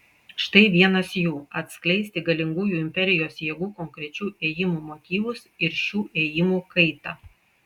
štai vienas jų atskleisti galingųjų imperijos jėgų konkrečių ėjimų motyvus ir šių ėjimų kaitą